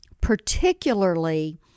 particularly